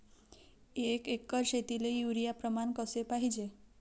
एक एकर शेतीले युरिया प्रमान कसे पाहिजे?